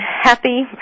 happy